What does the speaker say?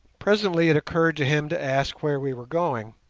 presently it occurred to him to ask where we were going,